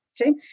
okay